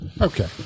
Okay